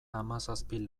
hamazazpi